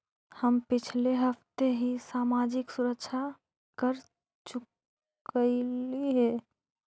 हम पिछले हफ्ते ही सामाजिक सुरक्षा कर चुकइली हे